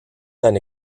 eine